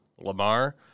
Lamar